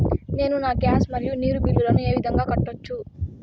నేను నా గ్యాస్, మరియు నీరు బిల్లులను ఏ విధంగా కట్టొచ్చు?